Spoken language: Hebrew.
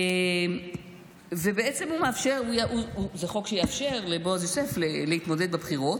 בעצם זה חוק שיאפשר לבועז יוסף להתמודד בבחירות.